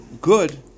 good